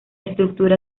estructura